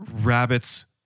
rabbits